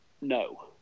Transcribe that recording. no